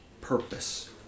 purpose